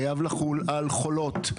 חייב לחול על חולות,